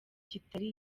kitari